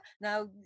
now